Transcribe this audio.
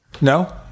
No